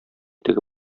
теге